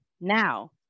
now